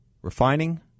Refining